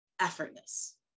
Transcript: effortless